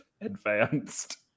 advanced